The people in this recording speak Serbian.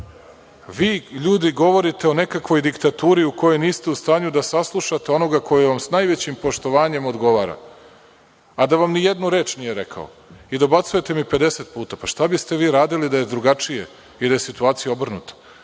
ljudi govorite o nekakvoj diktaturi u kojoj niste u stanju da saslušate onoga koji vam sa najvećim poštovanjem odgovara, a da vam ni jednu reč nije rekao i dobacujete mi 50 puta. Šta biste vi radili da je drugačije i da je situacija obrnuta?